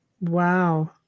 Wow